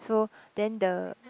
so then the